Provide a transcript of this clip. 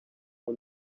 are